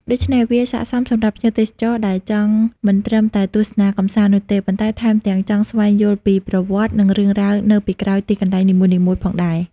ដូច្នេះ វាស័ក្តិសមសម្រាប់ភ្ញៀវទេសចរដែលចង់មិនត្រឹមតែទស្សនាកម្សាន្តនោះទេ ប៉ុន្តែថែមទាំងចង់ស្វែងយល់ពីប្រវត្តិ និងរឿងរ៉ាវនៅពីក្រោយទីកន្លែងនីមួយៗផងដែរ។